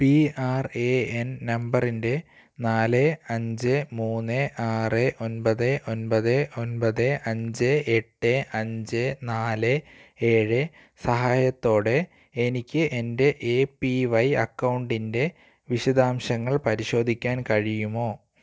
P R A N നമ്പറിൻ്റെ നാല് അഞ്ച് മൂന്ന് ആറ് ഒൻപത് ഒൻപത് ഒൻപത് അഞ്ച് എട്ട് അഞ്ച് നാല് ഏഴ് സഹായത്തോടെ എനിക്ക് എൻ്റെ എ പി വൈ അക്കൗണ്ടിൻ്റെ വിശദാംശങ്ങൾ പരിശോധിക്കാൻ കഴിയുമോ